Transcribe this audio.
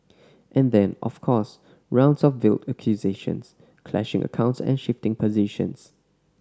and then of course rounds of veiled accusations clashing accounts and shifting positions